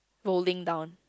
rolling down